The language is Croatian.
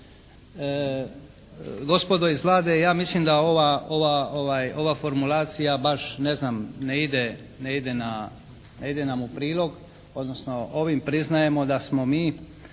Gospodo iz Vlade, ja mislim da ova formulacija baš na znam, ne ide nam u prilog odnosno ovim priznajemo da smo mi